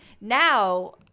now